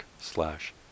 slash